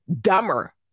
dumber